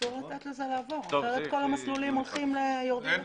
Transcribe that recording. אסור לתת לזה לעבור כי אחרת כל המסלולים יורדים לטמיון.